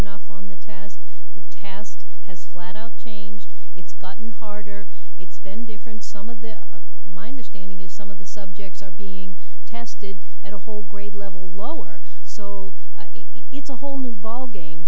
enough on the test the tast has flat out changed it's gotten harder it's been different some of the minor standing is some of the subjects are being tested at a whole grade level lower so it's a whole new